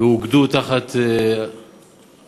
ואוגדו תחת "עמיתים".